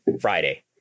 Friday